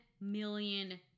million